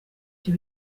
cyo